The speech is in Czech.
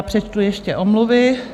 Přečtu ještě omluvy.